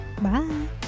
bye